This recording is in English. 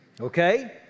okay